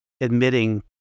admitting